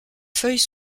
feuilles